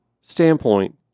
standpoint